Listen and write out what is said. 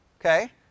okay